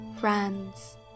friends